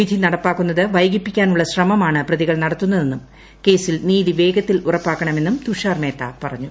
വിധി നടപ്പാക്കുന്നത് വൈകിപ്പിക്കാനുള്ള ശ്രമമാണ് പ്രതികൾ നടത്തുന്നതെന്നും കേസിൽ നീതി വേഗത്തിൽ ഉറപ്പാക്കണമെന്നും തുഷാർ മേത്ത പറഞ്ഞു